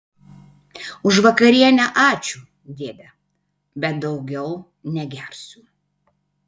už vakarienę ačiū dėde bet daugiau negersiu